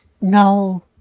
No